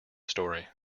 story